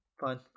fine